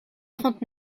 trente